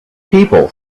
people